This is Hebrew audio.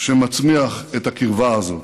שמצמיח את הקרבה הזאת.